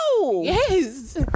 yes